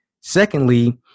Secondly